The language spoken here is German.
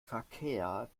verkehrt